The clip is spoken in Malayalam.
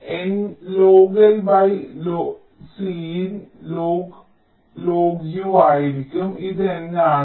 എൻ logCLCin log U ആയിരിക്കും ഇത് N ആണ്